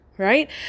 right